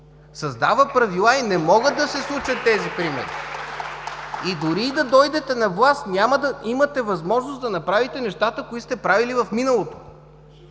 Създава правила и не могат да се случат тези примери. (Ръкопляскания от ГЕРБ.) Дори и да дойдете на власт няма да имате възможност да направите нещата, които сте правили в миналото.